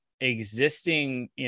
existing